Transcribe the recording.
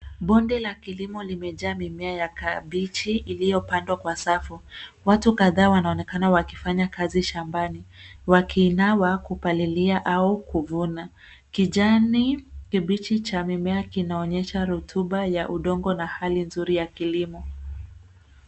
Bonde la kilimo limeja mimea ya kabichi iliopandwa kwa safu. Watu kadhaa wanaonekana wakifanya kazi shambani. Wakinawa kupaliliya au kuvuna. Kijani, kibichi cha mimea kinaonyesha rutuba ya udongo na hali nzuri ya kilimo.